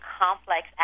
complex